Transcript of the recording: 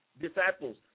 disciples